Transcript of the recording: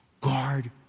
Guard